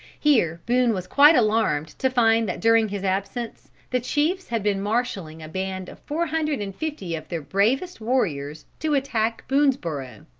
here boone was quite alarmed to find that during his absence the chiefs had been marshaling a band of four hundred and fifty of their bravest warriors to attack boonesborough.